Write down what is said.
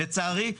לצערי,